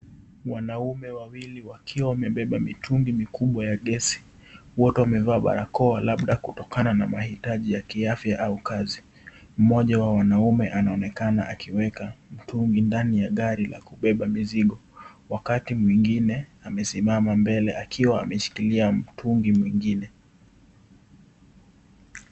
Wanaume wawili wakiwa wamebeba mitungi mikubwa ya gesi wote wamevaa barakoa labda kutokana na mahitaji ya kiafya au kazi . Mmoja wa wanaume anaonekana akiweka mtungi ndani ya gari la kubeba mizigo wakati mwingine amesimama mbele akiwa ameshikilia mtungi mwingine .